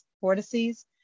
vortices